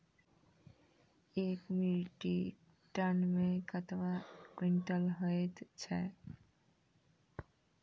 एक metric ton मे कतवा क्वींटल हैत छै?